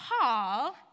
Paul